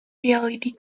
reality